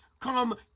come